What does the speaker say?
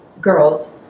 Girls